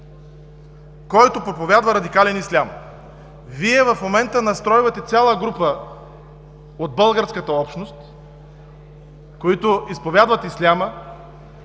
който проповядва радикален ислям, Вие в момента настройвате цяла група от българската общност, изповядващи исляма.